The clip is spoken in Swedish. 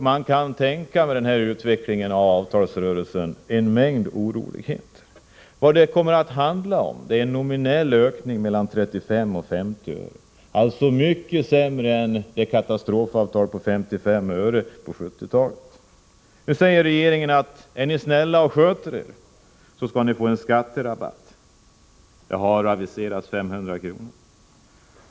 Man kan tänka sig vad den här utvecklingen i avtalsrörelsen leder till — en mängd oroligheter. Vad det kommer att handla om är en nominell ökning på mellan 35 och 50 öre, alltså mycket sämre än det katastrofavtal på 1970-talet som gav 55 öre. Nu säger regeringen att om ni är snälla och sköter er, så skall ni få en skatterabatt. 500 kr. har aviserats.